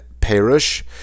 Perish